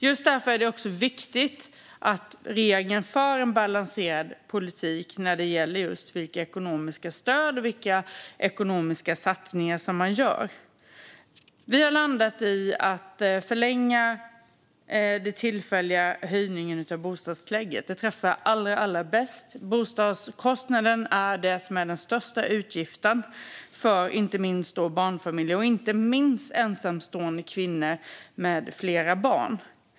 Just därför är det viktigt att regeringen för en balanserad politik när det gäller vilka ekonomiska stöd som man ger och vilka ekonomiska satsningar som man gör. Vi har landat i att förlänga den tillfälliga höjningen av bostadstillägget. Det träffar allra bäst. Bostadskostnaden är den största utgiften för inte minst barnfamiljer och då inte minst för ensamstående kvinnor med flera barn.